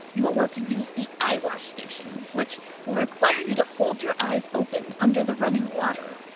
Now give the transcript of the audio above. you will want to use the eyewash station, which will require you to hold your eyes open under the running water.